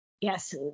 Yes